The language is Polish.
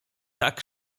tak